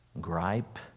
Gripe